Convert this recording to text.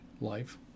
life